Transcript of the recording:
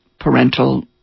parental